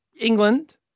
England